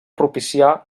propicià